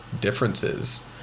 differences